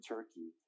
Turkey